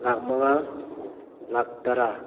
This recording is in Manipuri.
ꯂꯥꯈ ꯃꯉꯥ ꯂꯥꯛ ꯇꯔꯥ